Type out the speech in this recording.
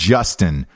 Justin